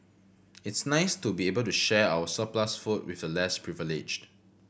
it's nice to be able to share our surplus food with the less privileged